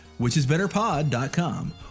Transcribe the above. whichisbetterpod.com